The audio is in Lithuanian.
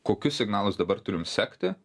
kokius signalus dabar turim sekti